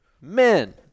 men